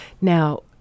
Now